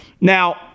Now